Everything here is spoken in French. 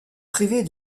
privée